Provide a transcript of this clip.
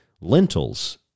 lentils